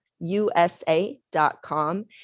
Usa.com